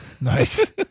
Nice